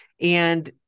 and-